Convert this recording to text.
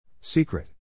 Secret